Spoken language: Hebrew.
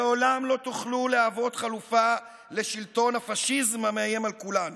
לעולם לא תוכלו להוות חלופה לשלטון הפשיזם המאיים על כולנו